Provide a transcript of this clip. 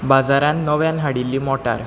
बाजारांत नव्यान हाडिल्ली मोटार